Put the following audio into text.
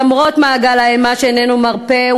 למרות מעגל האימה שאיננו מרפה,